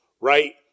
right